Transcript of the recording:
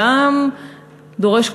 גם דורש,